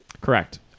Correct